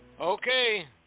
Okay